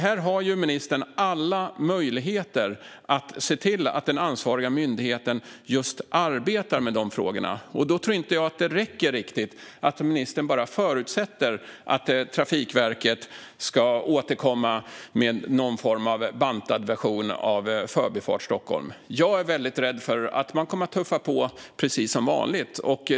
Här har ministern alla möjligheter att se till att den ansvariga myndigheten arbetar med de frågorna. Då tror inte jag att det riktigt räcker att ministern bara förutsätter att Trafikverket ska återkomma med någon form av bantad version av Förbifart Stockholm. Jag är väldigt rädd för att man kommer att tuffa på precis som vanligt.